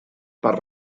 per